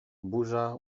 burza